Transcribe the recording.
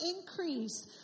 increase